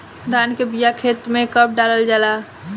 धान के बिया खेत में कब डालल जाला?